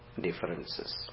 differences